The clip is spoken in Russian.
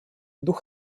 дух